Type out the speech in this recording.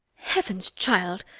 heavens! child,